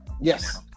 Yes